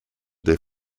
their